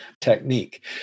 technique